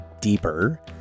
deeper